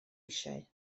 eisiau